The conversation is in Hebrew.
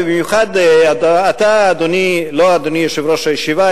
לא אדוני יושב-ראש הישיבה,